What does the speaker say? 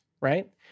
right